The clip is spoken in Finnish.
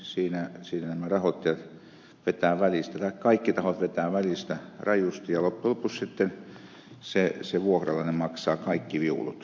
siinä nämä rahoittajat vetävät välistä tai kaikki tahot vetävät välistä rajusti ja loppujen lopuksi sitten se vuokralainen maksaa kaikki viulut